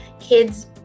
Kids